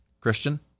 Christian